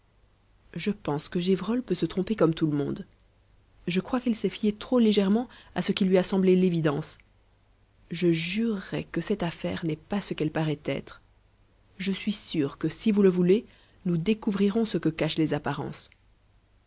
je pense que gévrol peut se tromper comme tout le monde je crois qu'il s'est fié trop légèrement à ce qui lui a semblé l'évidence je jurerais que cette affaire n'est pas ce qu'elle paraît être je suis sûr que si vous le voulez nous découvrirons ce que cachent les apparences